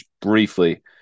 briefly